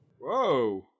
Whoa